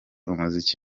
umuziki